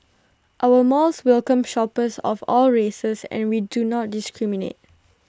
our malls welcome shoppers of all races and we do not discriminate